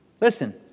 Listen